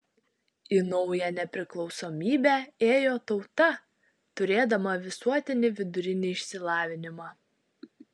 į naują nepriklausomybę ėjo tauta turėdama visuotinį vidurinį išsilavinimą